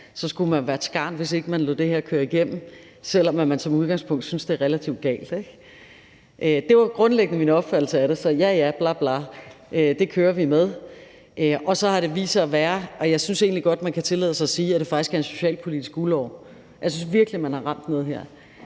så skulle man være et skarn, hvis ikke man lod det her køre igennem, selv om man som udgangspunkt syntes, det var relativt galt, ikke? Det var grundlæggende min opfattelse af det, så jeg sagde: Ja, ja, bla bla, det kører vi med. Og så har det vist sig at være, synes jeg faktisk godt man kan tillade sig at sige, en socialpolitisk guldåre. Jeg synes virkelig, man har ramt noget her.